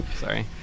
Sorry